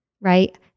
right